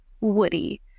Woody